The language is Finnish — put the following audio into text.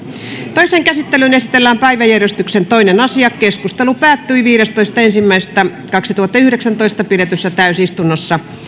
toiseen käsittelyyn esitellään päiväjärjestyksen toinen asia keskustelu asiasta päättyi viidestoista ensimmäistä kaksituhattayhdeksäntoista pidetyssä täysistunnossa